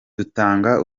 dutanga